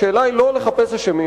השאלה היא לא לחפש אשמים,